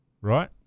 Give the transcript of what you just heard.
right